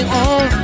on